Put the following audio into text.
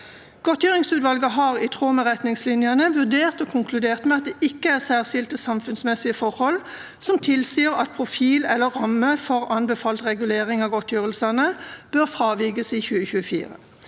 Godtgjøringsutvalget har i tråd med retningslinjene vurdert og konkludert med at det ikke er særskilte samfunnsmessige forhold som tilsier at profil eller ramme for anbefalt regulering av godtgjørelsene bør fravikes i 2024.